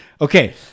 Okay